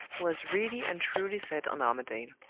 was really and truly set on armadale.